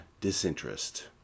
disinterest